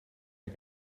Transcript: der